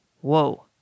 whoa